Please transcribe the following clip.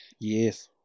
Yes